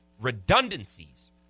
redundancies